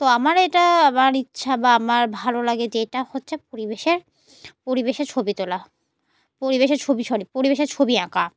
তো আমার এটা আমার ইচ্ছা বা আমার ভালো লাগে যে এটা হচ্ছে পরিবেশের পরিবেশের ছবি তোলা পরিবেশের ছবি সরি পরিবেশের ছবি আঁকা